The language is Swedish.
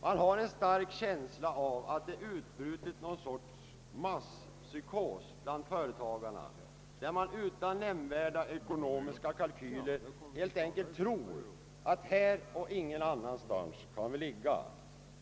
Man har en stark känsla av att det utbrutit någon sorts masspsykos bland företagarna, där man utan nämnvärda ekonomiska kalkyler helt enkelt tror, att just. där och ingen annanstans måste företaget förläggas.